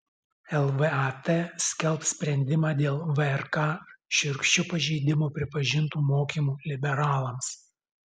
lvat skelbs sprendimą dėl vrk šiurkščiu pažeidimu pripažintų mokymų liberalams